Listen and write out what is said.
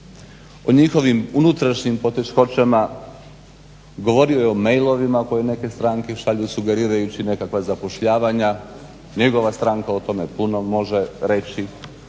o njihovim unutrašnjim poteškoćama, govorio je o mailovima koje neke stranke šalju sugerirajući nekakva zapošljavanja. Njegova stranka o tome puno može reći.